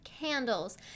candles